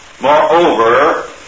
Moreover